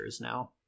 now